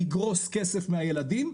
יגרוס כסף מהילדים,